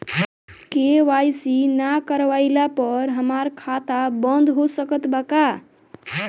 KYC ना करवाइला पर हमार खाता बंद हो सकत बा का?